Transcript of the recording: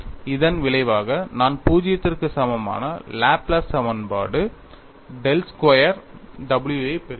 இதன் விளைவாக நான் 0 க்கு சமமான லாப்லேஸ் சமன்பாடு del ஸ்கொயர் w ஐப் பெறுகிறேன்